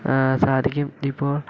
സാധിക്കും ഇനിയിപ്പോൾ